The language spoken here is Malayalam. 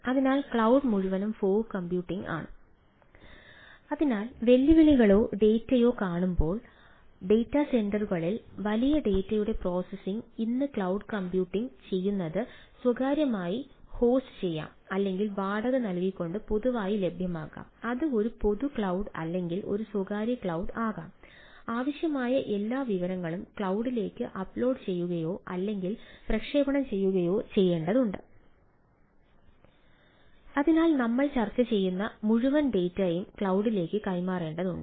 അതിനാൽ വെല്ലുവിളികളോ ഡാറ്റലേക്ക് അപ്ലോഡ് ചെയ്യുകയോ അല്ലെങ്കിൽ പ്രക്ഷേപണം ചെയ്യുകയോ ചെയ്യേണ്ടതാണ് അതിനാൽ നമ്മൾ ചർച്ച ചെയ്യുന്ന മുഴുവൻ ഡാറ്റലേക്ക് കൈമാറേണ്ടതുണ്ട്